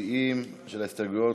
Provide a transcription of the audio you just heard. המציעים של הסתייגויות,